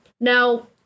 Now